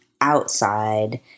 outside